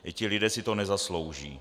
Ti lidé si to nezaslouží.